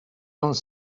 dans